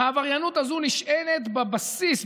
העבריינות הזו נשענת בבסיס,